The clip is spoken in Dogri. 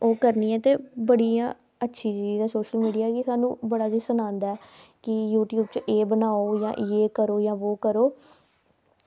एह् करनी ऐ ते बड़ी अच्छी इंया एह् सोशल मीडिया स्हानू बड़ा किश सनांदा कि यूट्यूब च एह् बनाओ जां एह् करो